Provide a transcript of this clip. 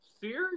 serious